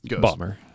Bomber